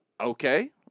Okay